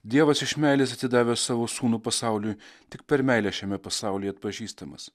dievas iš meilės atidavęs savo sūnų pasauliui tik per meilę šiame pasaulyje atpažįstamas